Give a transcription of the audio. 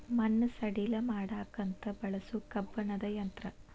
ಮಣ್ಣ ಸಡಿಲ ಮಾಡಾಕಂತ ಬಳಸು ಕಬ್ಬಣದ ಯಂತ್ರಾ